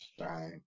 Right